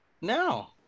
no